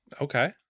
Okay